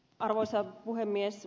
arvoisa puhemies